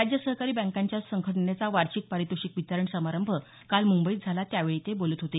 राज्य सहकारी बँकांच्या संघटनेचा वार्षिक पारितोषिक वितरण समारंभ काल मुंबईत झाला त्यावेळी ते बोलत होते